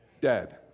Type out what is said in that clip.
dead